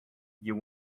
you